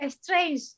strange